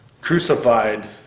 Crucified